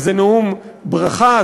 וזה נאום ברכה,